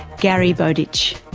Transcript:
gary bowditch.